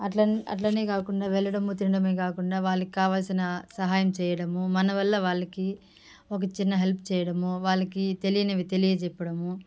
అట్లనే అట్లనే కాకుండా వెళ్లడము తినడమే కాకుండా వాళ్ళకి కావాల్సిన సహాయం చేయడము మన వల్ల వాళ్లకి ఒక చిన్న హెల్ప్ చేయడము వాళ్లకి తెలియనివి తెలియజెప్పడము